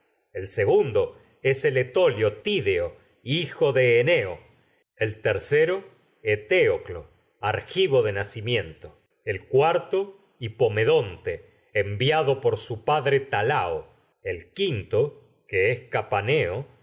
el segundo el etolio na tideo hijo el de eneo cuarto el tercero eteoclo argivo de por su cimiento dre hipomedonte enviado pa talao el quinto que es